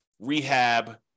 rehab